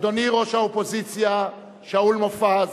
אדוני ראש האופוזיציה שאול מופז,